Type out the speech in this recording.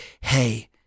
Hey